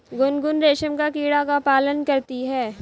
गुनगुन रेशम का कीड़ा का पालन करती है